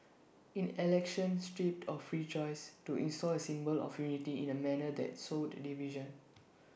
in election stripped of free choice to install A symbol of unity in A manner that sowed division